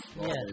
Yes